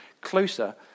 closer